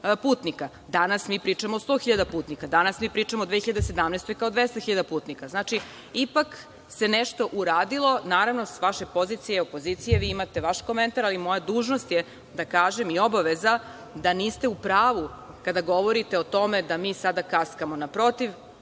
Danas mi pričamo o 100 hiljada putnika. Danas mi pričamo o 2017. godini kao 200 hiljada putnika. Znači, ipak se nešto uradilo. Naravno, sa vaše pozicije opozicije vi imate vaš komentar, ali moja dužnost je da kažem i obaveza da niste u pravu kada govorite o tome da mi sada kaskamo. Naprotiv,